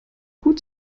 gut